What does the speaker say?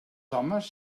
homes